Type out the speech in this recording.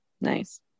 nice